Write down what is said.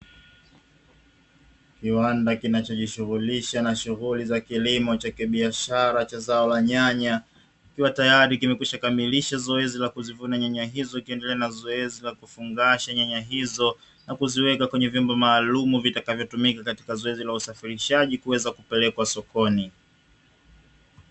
Kiwanda kinachojishughulisha na shughuli za kilimo cha biashara cha zao la nyanya, kikiwa tayari kimekwishakamilisha zoezi la kuzivuna nyanya hizo wakiendelea na zoezi la kufungasha nyanya hizo na kuziweka kwenye vyombo maalumu vitakavyotumika katika zoezi la usafirishaji kuweza kupelekwa sokoni.